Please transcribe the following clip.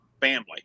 family